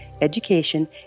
education